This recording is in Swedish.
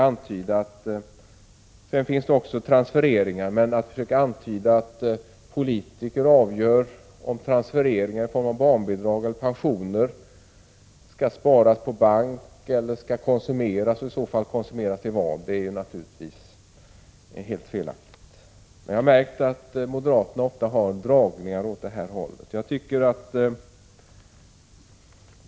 Sedan finns det också transfereringar, men att försöka antyda att politiker avgör om transfereringar i form av barnbidrag eller pensioner skall sparas på bank eller konsumeras och i så fall på vilket sätt är naturligtvis helt felaktigt. Jag har märkt att moderater ofta har dragningar åt det hållet.